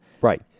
Right